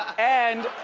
and